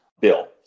bill